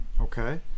Okay